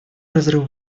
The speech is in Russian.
разрыв